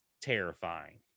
terrifying